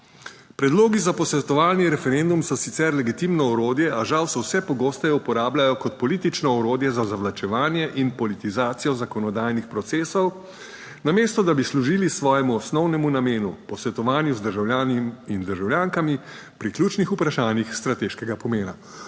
Predlogi za posvetovalni referendum so sicer legitimno orodje, a žal se vse pogosteje uporabljajo kot politično orodje za zavlačevanje in politizacijo zakonodajnih procesov, namesto da bi služili svojemu osnovnemu namenu, posvetovanju z državljani in državljankami pri ključnih vprašanjih strateškega pomena.